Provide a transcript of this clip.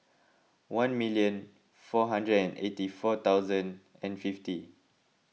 one million four hundred and eighty four thousand and fifty